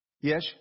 Yes